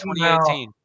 2018